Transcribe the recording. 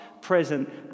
present